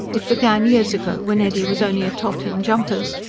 it began years ago when eddy was only a tot in jumpers.